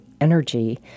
energy